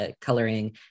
coloring